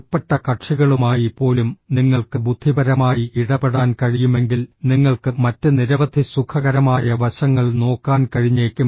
ഉൾപ്പെട്ട കക്ഷികളുമായി പോലും നിങ്ങൾക്ക് ബുദ്ധിപരമായി ഇടപെടാൻ കഴിയുമെങ്കിൽ നിങ്ങൾക്ക് മറ്റ് നിരവധി സുഖകരമായ വശങ്ങൾ നോക്കാൻ കഴിഞ്ഞേക്കും